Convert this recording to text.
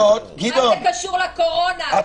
מה זה קשור לקורונה?